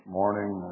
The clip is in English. morning